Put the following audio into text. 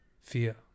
fear